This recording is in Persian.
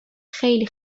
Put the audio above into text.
خیلی